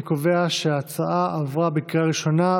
אני קובע שההצעה עברה בקריאה ראשונה,